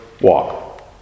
walk